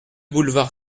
boulevard